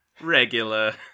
regular